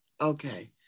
okay